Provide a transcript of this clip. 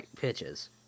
pitches